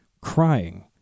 crying